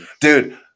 dude